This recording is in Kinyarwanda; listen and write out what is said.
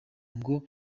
ngo